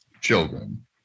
children